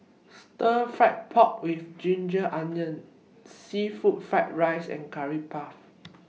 Stir Fried Pork with Ginger Onions Seafood Fried Rice and Curry Puff